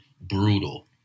brutal